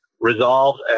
resolved